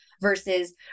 versus